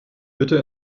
bitte